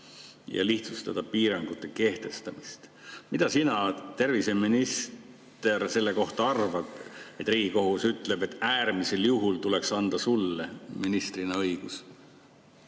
ja lihtsustada piirangute kehtestamist. Mida sina, terviseminister, sellest arvad, et Riigikohus ütleb, et äärmisel juhul tuleks anda sulle ministrina